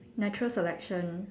natural selection